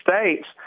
States